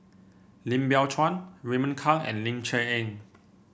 Lim Biow Chuan Raymond Kang and Ling Cher Eng